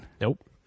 Nope